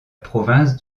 province